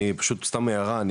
סתם הערה,